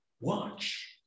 Watch